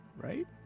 right